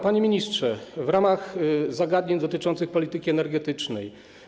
Panie ministrze, w ramach zagadnień dotyczących polityki energetycznej: